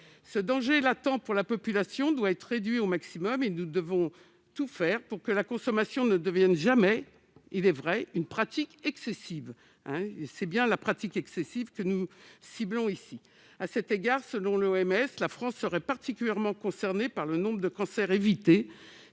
Ce danger latent pour la population doit être réduit au maximum, et nous devons tout faire pour que la consommation ne devienne jamais une pratique excessive- c'est bien cette pratique excessive que nous ciblons ici. À cet égard, selon l'Organisation mondiale de la santé (OMS), la France serait particulièrement concernée par le nombre de cancers évités